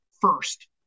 first